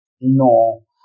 No